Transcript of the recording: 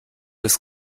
des